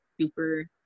super